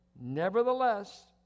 Nevertheless